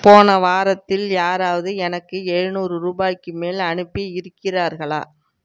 போன வாரத்தில் யாராவது எனக்கு எழுநூறு ரூபாய்க்கு மேல் அனுப்பி இருக்கிறார்களா